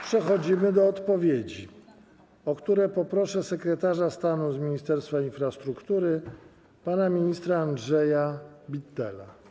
Przechodzimy do odpowiedzi, o które poproszę sekretarza stanu z Ministerstwa Infrastruktury pana ministra Andrzeja Bittela.